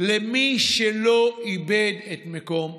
למי שלא איבד את מקום עבודתו.